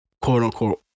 Quote-unquote